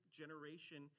generation